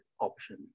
option